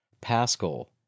Pascal